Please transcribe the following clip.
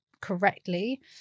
correctly